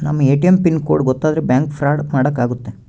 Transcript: ನಮ್ ATM pin code ಗೊತ್ತಾದ್ರೆ bank fraud ಮಾಡಾಕ ಆಗುತ್ತೆ